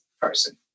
person